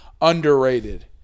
underrated